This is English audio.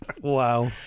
Wow